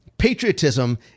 patriotism